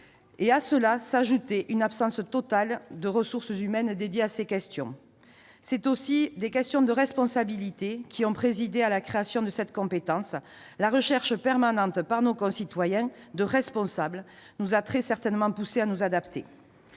À cela, s'ajoutait une absence totale de ressources humaines spécialisées sur ces questions. Ce sont aussi des questions de responsabilités qui ont présidé à la création de cette compétence. La recherche permanente par nos concitoyens de responsables nous a très certainement poussés à nous adapter.